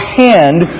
hand